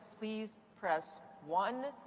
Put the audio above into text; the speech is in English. please press one.